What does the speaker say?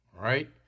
right